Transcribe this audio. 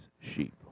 sheep